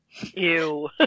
Ew